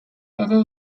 ere